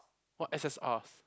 what S_S_Rs